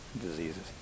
diseases